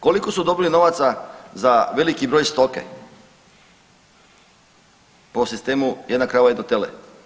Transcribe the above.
Koliko su dobili novaca za veliki broj stoke po sistemu jedna krava-jedno tele?